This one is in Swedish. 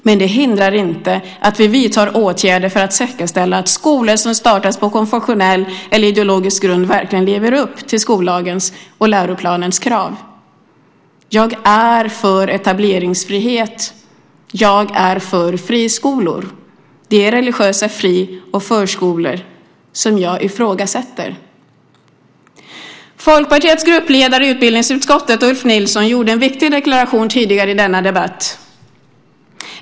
Men det hindrar inte att vi vidtar åtgärder för att säkerställa att skolor som startas på konfessionell eller ideologisk grund verkligen lever upp till skollagens och läroplanens krav. Jag är för etableringsfrihet. Jag är för friskolor. Det är religiösa fri och förskolor som jag ifrågasätter. Folkpartiets gruppledare i utbildningsutskottet Ulf Nilsson gjorde en viktig deklaration tidigare i denna debatt.